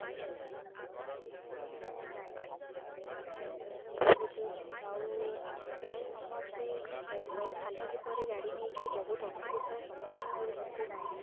ମାନେ ରାସ୍ତା ବହୁତ ଖରାପ ରହୁୁଛି ଖାଲ ଢିପ ଲାଗୁଛି ଆଉ ପ୍ରାୟ ସମସ୍ତେ ଖାଲ ଢିପରେ ଗାଡ଼ି ନେଇକି ବହୁତ ଅସୁବିଧାର ସମ୍ମୁଖୀନ ହେଉଛନ୍ତି